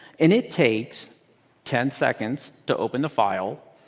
and it takes ten seconds to open the file.